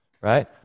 right